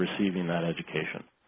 receiving that education.